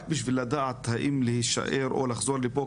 רק בשביל לדעת מהאם להישאר או לחזור לפה,